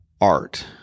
art